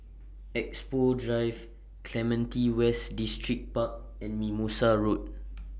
Expo Drive Clementi West Distripark and Mimosa Road